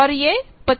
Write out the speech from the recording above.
और यह 50 ओम है